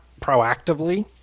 proactively